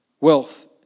wealth